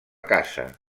casa